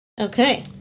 Okay